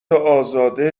ازاده